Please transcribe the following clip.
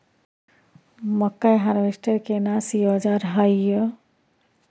मकई हारवेस्टर केना सी औजार हय?